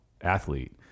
athlete